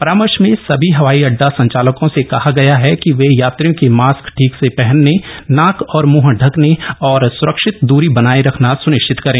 परामर्श में सभी हवाई अड्डा संचालकों से कहा गया है कि वे यात्रियों के मास्क ठीक से पहनने नाक और मुंह ढकने और सुरक्षित द्वरी बनाए रखना सुनिश्चित करें